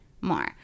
more